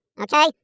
okay